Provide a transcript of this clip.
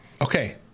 Okay